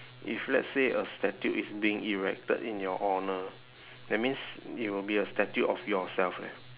if let's say a statue is being erected in your honour that means it will be a statue of yourself leh